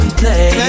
play